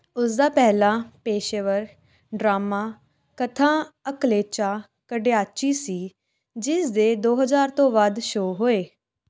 ਉਸਦਾ ਪਹਿਲਾ ਪੇਸ਼ੇਵਰ ਡਰਾਮਾ ਕਥਾ ਅਕਲੇਚਾ ਕੰਡਿਆਚੀ ਸੀ ਜਿਸ ਦੇ ਦੋ ਹਜ਼ਾਰ ਤੋਂ ਵੱਧ ਸ਼ੋਅ ਹੋਏ